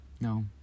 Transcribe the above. no